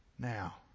Now